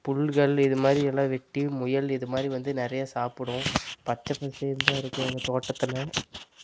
புல்கள் இது மாதிரியெல்லாம் வெட்டி முயல் இது மாதிரிவந்து நிறையா சாப்பிடும் பச்சை பசேன்னு தான் இருக்கும் எங்கள் தோட்டத்தில்